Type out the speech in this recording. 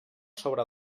sobre